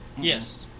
Yes